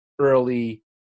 early